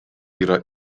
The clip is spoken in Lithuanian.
yra